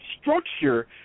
structure